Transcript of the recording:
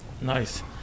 Nice